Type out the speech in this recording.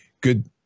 good